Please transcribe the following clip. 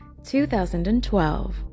2012